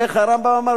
איך הרמב"ם אמר?